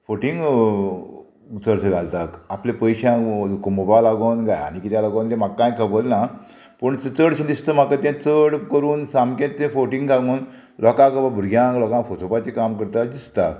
फोटींग चडशे घालताक आपले पयश्यांक कोमोवपाक लागोन काय आनी किद्या लागोन ते म्हाका कांय खबर ना पूण चडशें दिसता म्हाका तें चड करून सामकें तें फोटींग घालून लोकांक वा भुरग्यांक लोकांक फोसोवपाचें काम करता दिसता